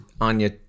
Anya